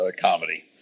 comedy